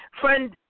Friend